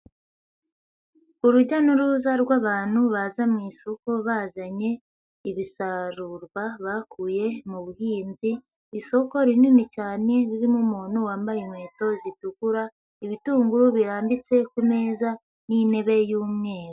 Urujya n'uruza rw'abantu baza mu isoko bazanye ibisarurwa bakuye mu buhinzi, isoko rinini cyane ririmo umuntu wambaye inkweto zitukura, ibitunguru birambitse ku meza n'intebe y'umweru.